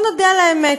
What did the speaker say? בואו נודה על האמת,